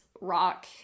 rock